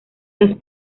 las